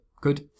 good